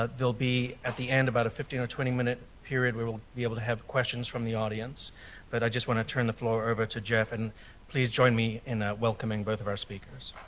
ah there'll be, at the end, about a fifteen or twenty minute period where we'll be able to have questions from the audience but i just want to turn the floor over to jeff and please join me in welcoming both of our speakers.